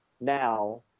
now